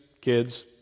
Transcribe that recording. kids